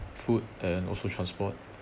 food and also transport